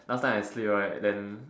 last time I sleep right then